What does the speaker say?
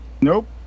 Nope